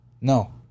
No